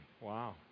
Wow